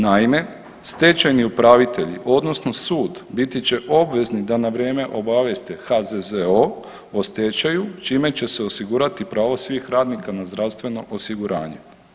Naime, stečajni upravitelji odnosno sud biti će obveznik da na vrijeme obavijeste HZZO o stečaju, čime će se osigurati pravo svih radnika na zdravstveno osiguranje.